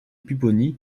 pupponi